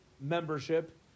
membership